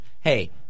hey